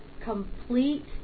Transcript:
complete